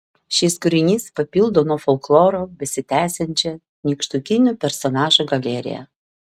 šis kūrinys papildo nuo folkloro besitęsiančią nykštukinių personažų galeriją